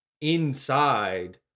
inside